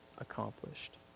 accomplished